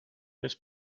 les